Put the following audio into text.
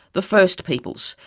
the first peoples,